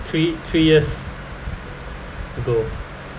three three years ago